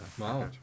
Wow